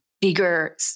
bigger